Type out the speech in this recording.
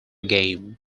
game